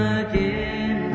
again